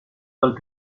dal